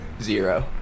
Zero